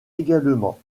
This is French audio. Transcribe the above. également